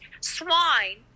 swine